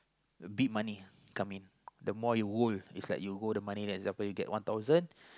beat money come in the more you woo it's like you hold the money then example you get one thousand